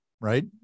Right